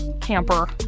camper